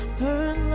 burn